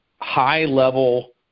high-level